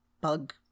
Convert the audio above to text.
bug